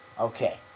okay